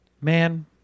Man